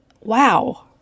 wow